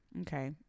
okay